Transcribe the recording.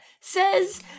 says